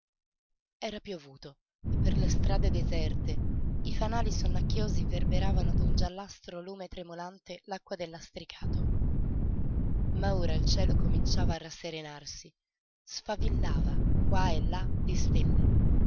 era piovuto e per le strade deserte i fanali sonnacchiosi verberavano d'un giallastro lume tremolante l'acqua del lastrico ma ora il cielo cominciava a rasserenarsi sfavillava qua e là di stelle